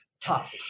tough